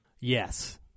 Yes